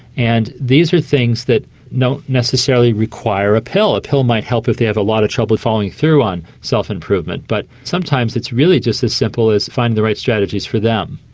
and these are things that don't necessarily require a pill. a pill might help if they have a lot of trouble following through on self-improvement, but sometimes it's really just as simple as finding the right strategies for them.